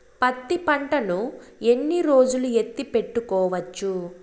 పత్తి పంటను ఎన్ని రోజులు ఎత్తి పెట్టుకోవచ్చు?